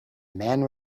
man